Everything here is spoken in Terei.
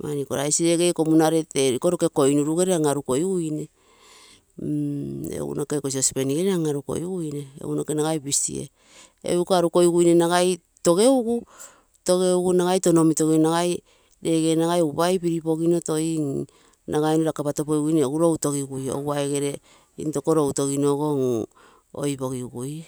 mani iko rice rice reregere toe iko noke koi numgere an arukogiguine. Egu noke iko sauspan gere an amkogiguine, egu nokee nagai pisi gere, egu iko anikogiguine ragai togeugu touno omitogino ragai regere nagai upa piripogino toi nagai raka patopogiguine routo gigue. Intoko loutogino ogo egu oipogigui.